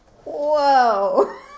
Whoa